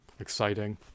exciting